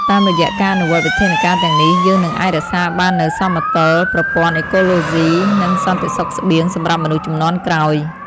តាមរយៈការអនុវត្តវិធានការទាំងនេះ យើងនឹងអាចរក្សាបាននូវសមតុល្យប្រព័ន្ធអេកូឡូស៊ី និងសន្តិសុខស្បៀងសម្រាប់មនុស្សជំនាន់ក្រោយ។